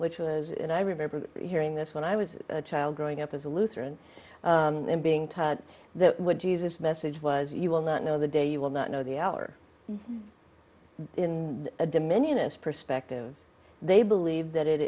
which was and i remember hearing this when i was a child growing up as a lutheran and being taught that would jesus message was you will not know the day you will not know the hour in a dominionist perspective they believe that it